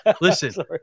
listen